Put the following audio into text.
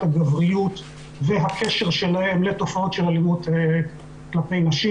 הגבריות והקשר שלהם לתופעות של אלימות כלפי נשים,